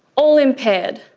all impaired.